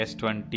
S20